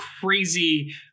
crazy